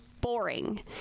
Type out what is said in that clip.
boring